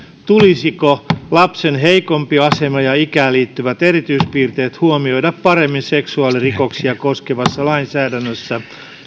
tulisiko lapsen heikompi asema ja ikään liittyvät erityispiirteet huomioida paremmin seksuaalirikoksia koskevassa lainsäädännössä